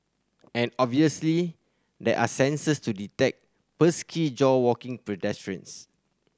and obviously there are sensors to detect pesky jaywalking pedestrians